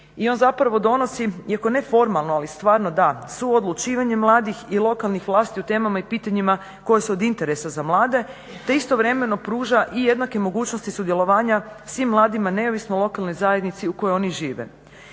i on donosi iako ne formalno ali stvarno da suodlučivanje mladih i lokalnih vlasti o temama i pitanjima koji su od interesa za mlade te istovremeno pruža i jednake mogućnosti sudjelovanja svim mladima neovisno o lokalnoj zajednici u kojoj oni žive.